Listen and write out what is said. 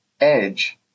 edge